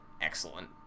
excellent